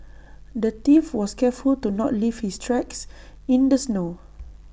the thief was careful to not leave his tracks in the snow